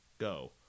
go